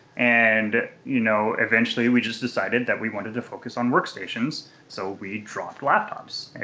and you know, eventually we just decided that we wanted to focus on workstations so we dropped laptops.